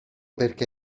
perché